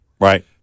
Right